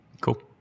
Cool